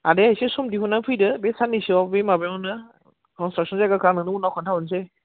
आदाया इसे सम दिहुनना फैदो बे साननैसोआव बे माबायावनो कनस्ट्राकसन जायगाखौ आं उनाव खोन्थाहरनोसै